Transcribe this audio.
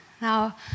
Now